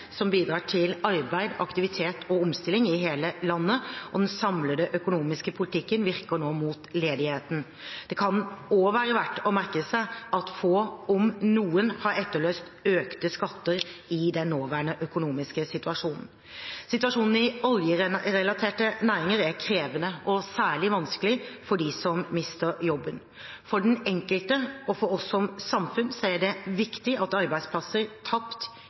som bidrar til arbeid, aktivitet og omstilling i hele landet, og den samlede økonomiske politikken virker nå mot ledigheten. Det kan også være verdt å merke seg at få, om noen, har etterlyst økte skatter i den nåværende økonomiske situasjonen. Situasjonen i oljerelaterte næringer er krevende og særlig vanskelig for dem som mister jobben. For den enkelte og for oss som samfunn er det viktig at arbeidsplasser tapt